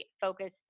focus